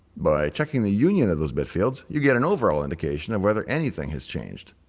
by checking the union of those bitfields you get an overall indication of whether anything has changed.